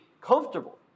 comfortable